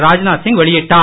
ராஜ்நாத் சிங் வெளியிட்டார்